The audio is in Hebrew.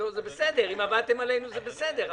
אם עבדתם עלינו זה בסדר,